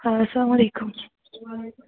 آ اسلامُ علیکُم